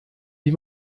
wie